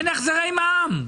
אין החזרי מע"מ.